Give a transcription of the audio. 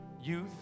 youth